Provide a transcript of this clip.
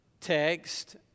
text